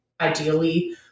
ideally